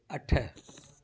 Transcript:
अठ